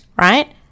Right